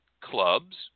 Clubs